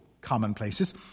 commonplaces